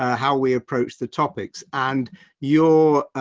ah how we approach the topics and your, ah,